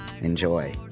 Enjoy